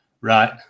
right